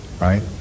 Right